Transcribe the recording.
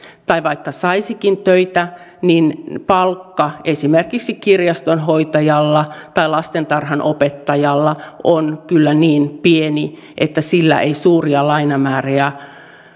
tai vaikka saisikin töitä niin palkka esimerkiksi kirjastonhoitajalla tai lastentarhanopettajalla on kyllä niin pieni että sillä ei suuria lainamääriä